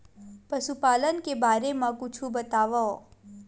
पशुपालन के बारे मा कुछु बतावव?